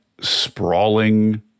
sprawling